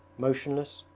motionless,